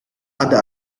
ada